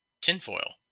tinfoil